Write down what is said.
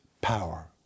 power